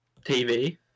TV